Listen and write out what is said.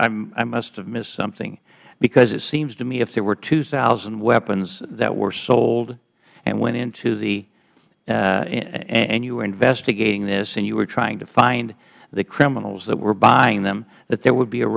burton i must have missed something because it seems to me if there were two thousand weapons that were sold and went into theh and you were investigating this and you were trying to find the criminals that were buying them that there would be a